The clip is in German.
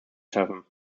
schaffen